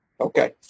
Okay